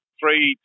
three